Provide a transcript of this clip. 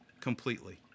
completely